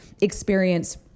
experience